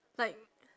like